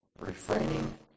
refraining